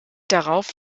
darauf